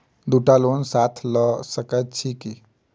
दु टा लोन साथ लऽ सकैत छी की?